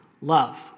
Love